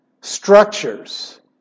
structures